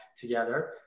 together